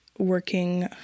Working